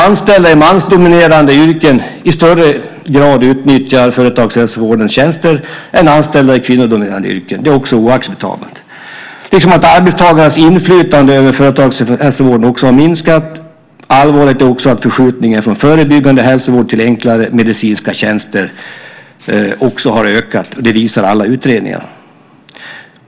Anställda i mansdominerade yrken utnyttjar i högre grad företagshälsovårdens tjänster än anställda i kvinnodominerade yrken. Det är också oacceptabelt, liksom att arbetstagarnas inflytande över företagshälsovården har minskat påtagligt. Allvarligt är det också med förskjutningen från förebyggande hälsovård till enklare medicinska tjänster. Det visar alla utredningar.